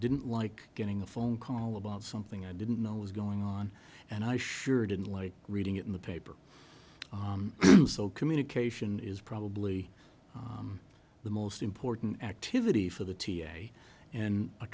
didn't like getting a phone call about something i didn't know was going on and i sure didn't like reading it in the paper communication is probably the most important activity for the t a a and a